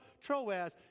Troas